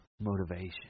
motivation